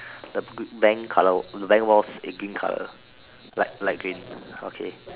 the b~ bank colour the bank walls is green colour light light green okay